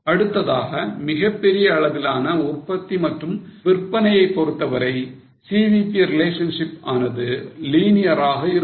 அடுத்ததாக மிகப்பெரிய அளவிலான உற்பத்தி மற்றும் விற்பனையைப் பொறுத்தவரை CVP relationships ஆனது linear ஆக இருக்கும்